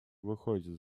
выходит